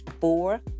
four